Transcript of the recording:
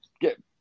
get